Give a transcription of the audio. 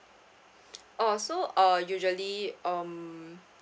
oh so uh usually um